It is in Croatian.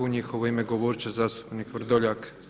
U njihovo ime govorit će zastupnik Vrdoljak.